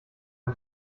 ein